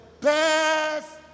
best